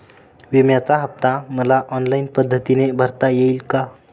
विम्याचा हफ्ता मला ऑनलाईन पद्धतीने भरता येईल का?